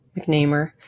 mcnamer